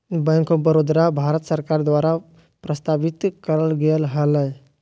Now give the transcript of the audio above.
bank of Baroda, Bharat सरकार द्वारा प्रस्तावित करल गेले हलय